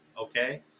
okay